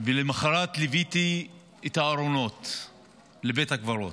ולמוחרת ליוויתי את הארונות לבית הקברות.